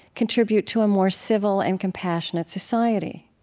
contribute to a more civil and compassionate society.